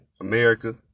America